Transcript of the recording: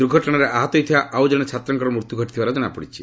ଦୁର୍ଘଟଣାରେ ଆହତ ହୋଇଥିବା ଆଉଜଣେ ଛାତ୍ରଙ୍କର ମୃତ୍ୟୁ ଘଟିଥିବା ଜଣାପଡ଼ିଛି